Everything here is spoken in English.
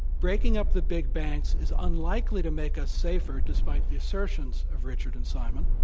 breaking up the big banks is unlikely to make us safer, despite the assertions of richard and simon.